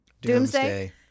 Doomsday